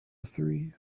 three